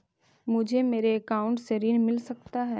मुझे मेरे अकाउंट से ऋण मिल सकता है?